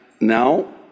now